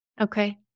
Okay